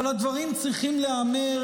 אבל הדברים צריכים להיאמר,